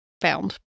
found